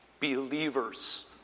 believers